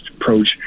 approach